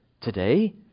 today